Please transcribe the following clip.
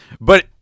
But-